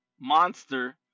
Monster